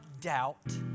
doubt